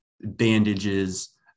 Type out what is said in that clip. bandages